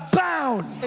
bound